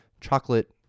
chocolate